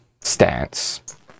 stance